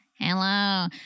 Hello